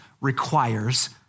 requires